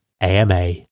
AMA